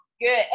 good